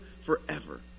forever